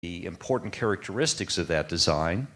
The important characteristics of that design.